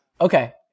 Okay